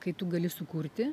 kai tu gali sukurti